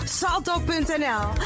salto.nl